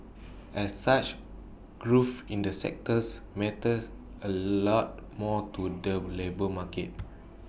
as such growth in the sectors matters A lot more to the labour market